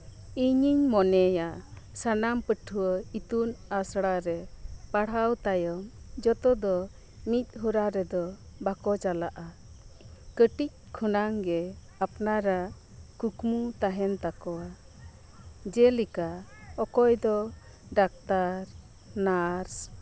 ᱤᱧᱤᱧ ᱢᱚᱱᱮᱭᱟ ᱥᱟᱱᱟᱢ ᱯᱟᱹᱴᱷᱣᱟᱹ ᱤᱛᱩᱱ ᱟᱥᱲᱟ ᱨᱮ ᱯᱟᱲᱦᱟᱣ ᱛᱟᱭᱚᱢ ᱡᱚᱛᱚ ᱫᱚ ᱢᱤᱫ ᱦᱚᱨᱟ ᱨᱮᱫᱚ ᱵᱟᱠᱚ ᱪᱟᱞᱟᱜᱼᱟ ᱠᱟᱹᱴᱤᱡ ᱠᱷᱚᱱᱟᱝ ᱜᱮ ᱟᱯᱱᱟᱨᱟᱜ ᱠᱩᱠᱢᱩ ᱛᱟᱦᱮᱱ ᱛᱟᱠᱚᱣᱟ ᱡᱮᱞᱮᱠᱟ ᱚᱠᱚᱭ ᱫᱚ ᱰᱟᱠᱛᱟᱨ ᱱᱟᱨᱥ